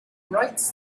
writes